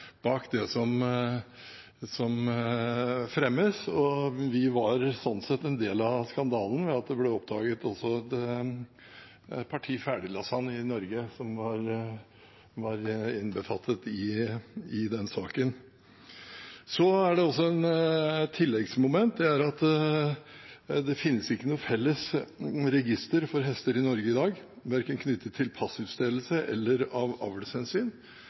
bak det som fremmes. Vi var en del av skandalen ved at det ble oppdaget et parti ferdiglasagne i Norge som ble innbefattet i den saken. Et tilleggsmoment er også at det ikke finnes noe felles register for hester i Norge i dag, verken knyttet til passutstedelse eller av avlshensyn.